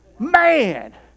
Man